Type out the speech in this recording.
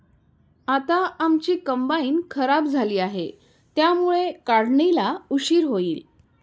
आता आमची कंबाइन खराब झाली आहे, त्यामुळे काढणीला उशीर होईल